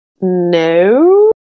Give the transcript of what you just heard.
No